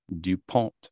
Dupont